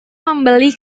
membeli